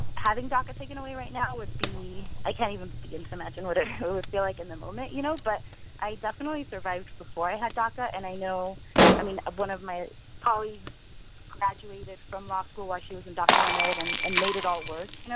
having daca taken away right now would be i can't even begin to imagine what it would feel like in the moment, you know. but i definitely survived before i had daca. and i know i mean, one of my colleagues graduated from law school while she was undocumented and and made it all work, you know